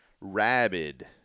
rabid